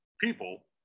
people